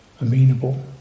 amenable